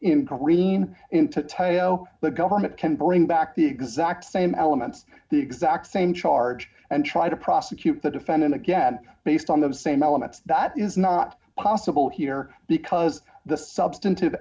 tyo the government can bring back the exact same elements the exact same charge and try to prosecute the defendant again based on the same elements that is not possible here because the substantive